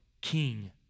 King